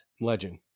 legend